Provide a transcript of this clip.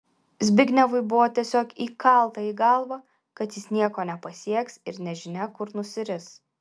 zbignevui buvo tiesiog įkalta į galvą kad jis nieko nepasieks ir nežinia kur nusiris